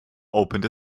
opened